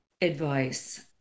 advice